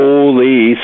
Holy